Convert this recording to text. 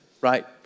right